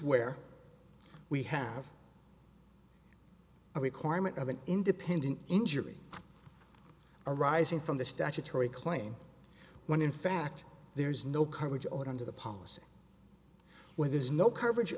where we have a requirement of an independent injury arising from the statutory claim when in fact there is no current or under the policy where there's no coverage